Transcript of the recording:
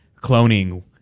cloning